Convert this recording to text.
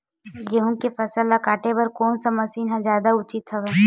गेहूं के फसल ल काटे बर कोन से मशीन ह जादा उचित हवय?